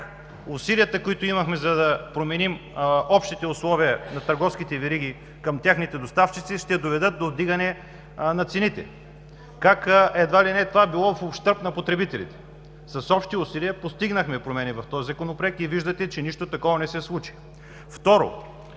усилията, които полагахме, за да променим общите условия на търговските вериги към техните доставчици, ще доведат до вдигане на цените, как едва ли не това било в ущърб на потребителите. С общи усилия постигнахме промени в този Законопроект и виждате, че нищо такова не се случи. Второ,